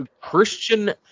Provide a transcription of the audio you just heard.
Christian